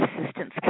assistance